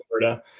Florida